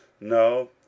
No